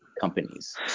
companies